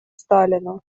сталина